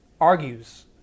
argues